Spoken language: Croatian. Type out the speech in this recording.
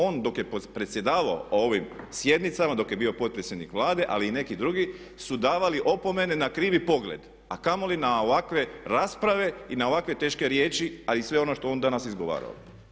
On dok je predsjedavao ovim sjednicama, dok je bio potpredsjednik Vlade ali i neki drugi su davali opomene na krivi pogled a kamoli na ovakve rasprave i na ovakve teške riječi a i sve ono što je on danas izgovarao.